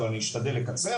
אבל אני אשתדל לקצר